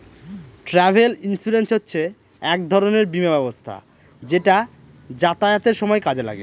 travel insurance হচ্ছে এক রকমের বীমা ব্যবস্থা যেটা যাতায়াতের সময় কাজে লাগে